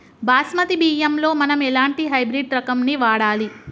బాస్మతి బియ్యంలో మనం ఎలాంటి హైబ్రిడ్ రకం ని వాడాలి?